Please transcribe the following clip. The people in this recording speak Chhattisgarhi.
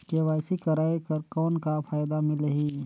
के.वाई.सी कराय कर कौन का फायदा मिलही?